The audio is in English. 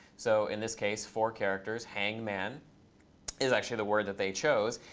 so in this case, four characters. hangman is actually the word that they chose.